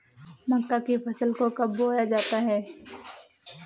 मक्का की फसल को कब बोया जाता है?